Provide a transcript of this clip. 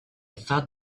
thought